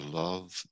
love